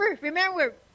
remember